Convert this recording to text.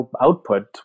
output